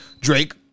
Drake